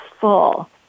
full